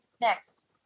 next